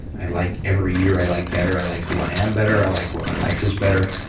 i like every year i like better, i like who i am better, i like what my life is better.